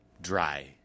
Dry